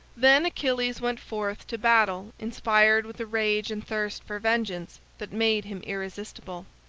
then achilles went forth to battle inspired with a rage and thirst for vengeance that made him irresistible.